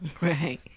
Right